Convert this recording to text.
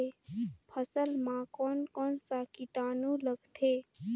फसल मा कोन कोन सा कीटाणु लगथे?